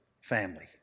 family